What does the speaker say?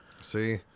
See